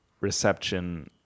reception